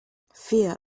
fear